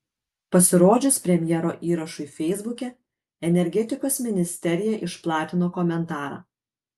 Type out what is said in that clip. pasirodžius premjero įrašui feisbuke energetikos ministerija išplatino komentarą